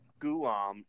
Gulam